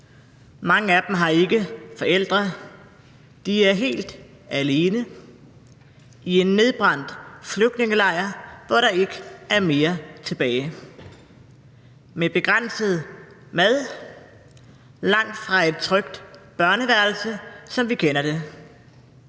Mange af dem har ikke forældre, de er helt alene i en nedbrændt flygtningelejr, hvor der ikke er mere tilbage, med begrænset mad, langt fra et trygt børneværelse, som vi kender det.